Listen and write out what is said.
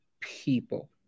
people